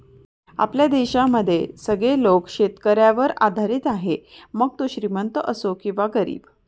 आपल्या देशामध्ये सगळे लोक शेतकऱ्यावर आधारित आहे, मग तो श्रीमंत असो किंवा गरीब